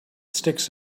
sticks